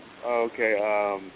Okay